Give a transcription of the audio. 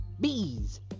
bees